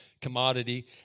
commodity